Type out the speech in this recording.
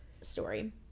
story